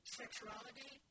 sexuality